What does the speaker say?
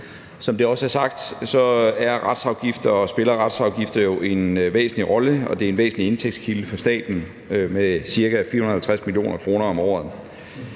Som det også er sagt, spiller retsafgifter en væsentlig rolle, og det er en væsentlig indtægtskilde for staten på ca. 54 mio. kr. om året.